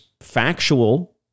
factual